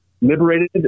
liberated